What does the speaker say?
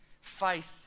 faith